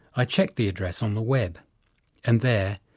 i checked the address on the web and there,